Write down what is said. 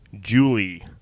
Julie